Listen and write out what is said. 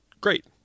great